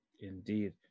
Indeed